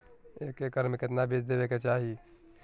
एक एकड़ मे केतना बीज देवे के चाहि?